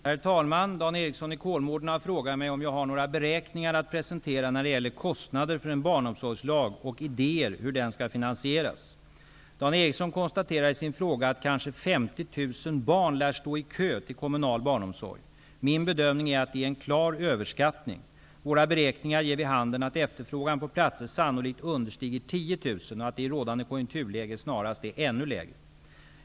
Herr talman! Dan Ericsson i Kolmården har frågat mig om jag har några beräkningar att presentera när det gäller kostnader för en barnomsorgslag och om jag har idéer om hur den skall finansieras. Dan Ericsson konstaterar i sin fråga att kanske 50 000 barn lär stå i kö till kommunal barnomsorg. Min bedömning är att det är en klar överskattning. Våra beräkningar ger vid handen att efterfrågan på platser sannolikt understiger 10 000 och att den i rådande konjunkturläge snarast är ännu lägre.